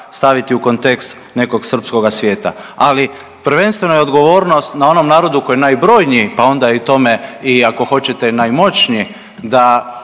staviti u kontekst nekog srpskoga svijeta, ali prvenstveno je odgovornost na onom narodu koji je najbrojniji pa onda i tome i ako hoćete najmoćniji da